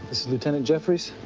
this is lieutenant jeffers,